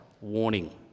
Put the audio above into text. warning